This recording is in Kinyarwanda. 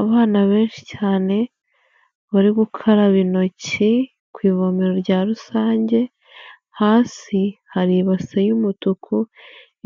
Abana benshi cyane barigukaraba intoki ku ivomero rya rusange. Hasi hari ibase y'umutuku